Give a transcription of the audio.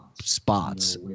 spots